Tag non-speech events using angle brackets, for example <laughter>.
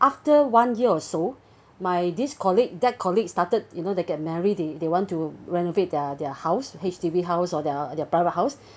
after one year or so my this colleague that colleague started you know they get married they they want to renovate their their house H_D_B house or their their private house <breath>